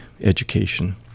education